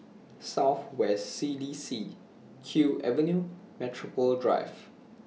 South West C D C Kew Avenue Metropole Drive